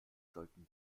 sollten